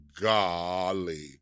golly